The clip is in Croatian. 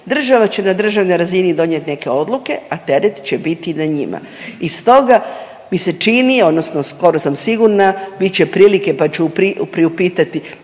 Država će na državnoj razini donijet neke odluke, a teret će biti na njima. I stoga mi se čini, odnosno skoro sam sigurna, bit će prilike da ću priupitati